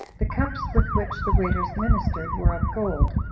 the cups with which the waiters ministered were of gold,